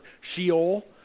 Sheol